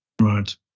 Right